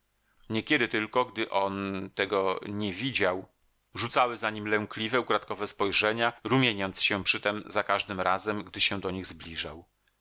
niekiedy tylko gdy on tego nie widział rzucały za nim lękliwe ukradkowe spojrzenia rumieniąc się przytem za każdym razem gdy się do nich zbliżał